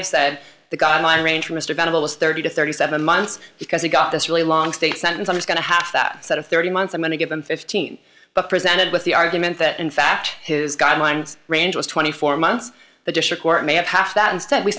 have said the guideline range mr venable was thirty to thirty seven months because he got this really long state sentence i was going to have that sort of thirty months i'm going to give them fifteen but presented with the argument that in fact his guidelines range was twenty four months the district court may have half that instead we